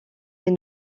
est